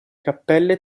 cappelle